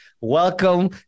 Welcome